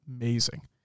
amazing